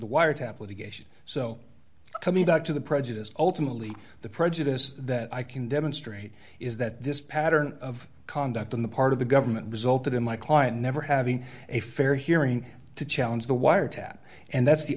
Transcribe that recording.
the wiretap litigation so coming back to the prejudice ultimately the prejudice that i can demonstrate is that this pattern of conduct on the part of the government resulted in my client never having a fair hearing to challenge the wiretap and that's the